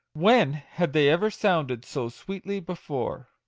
when had they ever sounded so sweetly before?